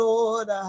Lord